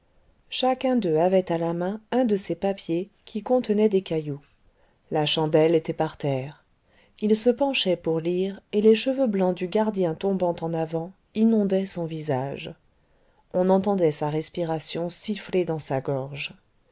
chacun d'eux avait à la main un de ces papiers qui contenaient des cailloux la chandelle était par terre ils se penchaient pour lire et les cheveux blancs du gardien tombant en avant inondaient son visage on entendait sa respiration siffler dans sa gorge